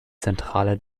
zentrale